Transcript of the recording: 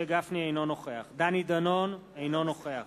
אינו נוכח דני דנון, אינו נוכח